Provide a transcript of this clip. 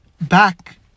back